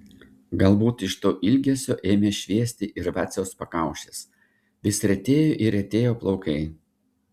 galbūt iš to ilgesio ėmė šviesti ir vaciaus pakaušis vis retėjo ir retėjo plaukai